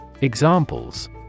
Examples